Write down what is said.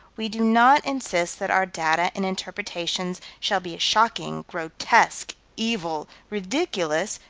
we do not insist that our data and interpretations shall be as shocking, grotesque, evil, ridiculous,